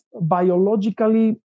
biologically